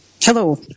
Hello